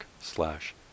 slash